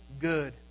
good